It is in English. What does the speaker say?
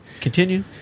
Continue